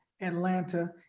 Atlanta